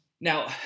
Now